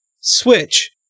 switch